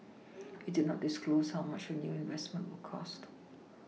it did not disclose how much the new investment will cost